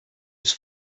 was